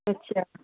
ਅੱਛਾ